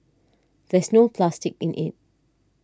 there's no plastic in it